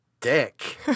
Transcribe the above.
dick